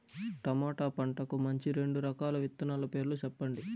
tomato పంటకు మంచి రెండు రకాల విత్తనాల పేర్లు సెప్పండి